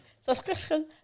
subscription